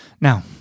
Now